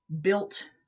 built